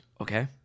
Okay